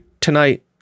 tonight